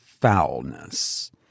foulness